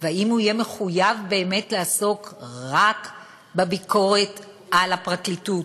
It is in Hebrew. והאם הוא יהיה מחויב באמת לעסוק רק בביקורת על הפרקליטות?